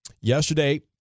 yesterday